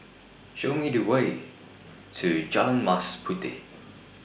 Show Me The Way to Jalan Mas Puteh